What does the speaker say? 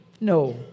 No